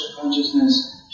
consciousness